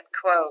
quote